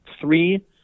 three